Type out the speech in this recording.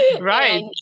right